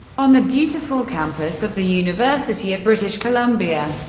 on the beautiful campus of the university of british columbia.